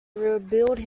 rebuild